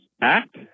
act